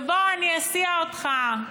ו"בוא, אני אסיע אותך"